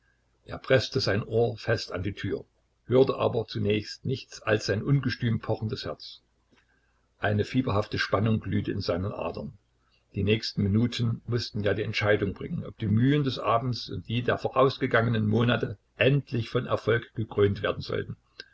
er preßte sein ohr fest an die tür hörte aber zunächst nichts als sein ungestüm pochendes herz eine fieberhafte spannung glühte in seinen adern die nächsten minuten mußten ja die entscheidung bringen ob die mühen des abends und die der vorausgegangenen monate endlich von erfolg gekrönt werden sollten